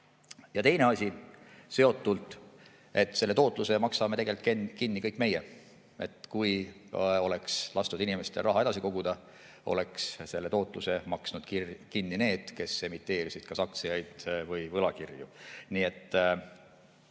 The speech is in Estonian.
Ja teine asi seotult, et selle tootluse tegelikult maksame kinni kõik meie. Kui oleks lastud inimestel raha edasi koguda, oleks selle tootluse maksnud kinni need, kes emiteerisid kas aktsiaid või võlakirju.